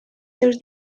seus